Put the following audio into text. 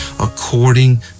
according